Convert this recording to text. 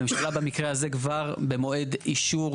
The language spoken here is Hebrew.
הממשלה במועד הזה כבר במועד אישור